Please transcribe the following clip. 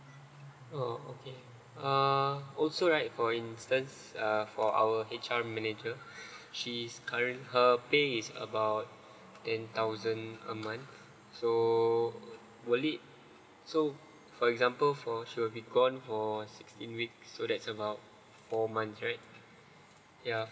oh okay uh also right for instances err for our H_R manager she's current~ her pay is about ten thousand a month so would it so for example for she will be gone for sixteen week so that's about four months right yeah